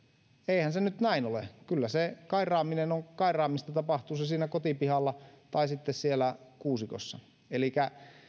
eihän se nyt näin ole kyllä se kairaaminen on kairaamista tapahtui se siinä kotipihalla tai sitten siellä kuusikossa elikkä